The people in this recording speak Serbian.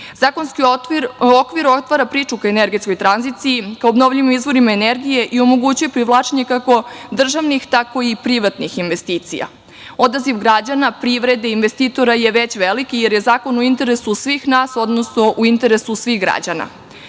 periodu. Zakonski okvir otvara priču ka energetskoj tranziciji, ka obnovljivim izvorima energije i omogućuje privlačenje kako državnih tako i privatnih investicija. Odaziv građana, privrede, investitora je već veliki, jer je zakon u interesu svih nas, odnosno u interesu svih građana. Ova